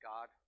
God